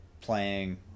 playing